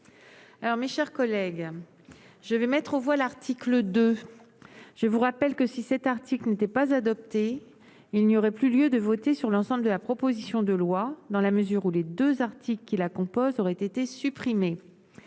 alors, mes chers collègues, je vais mettre aux voix l'article 2 je vous rappelle que si cet article n'était pas adopté, il n'y aurait plus lieu de voter sur l'ensemble de la proposition de loi, dans la mesure où les 2 articles qui la composent, aurait été supprimés,